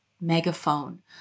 megaphone